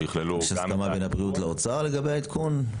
שיכללו גם --- יש הסכמה בין הבריאות לאוצר לגבי העדכון?